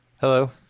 Hello